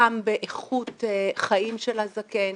גם באיכות החיים של הזקן,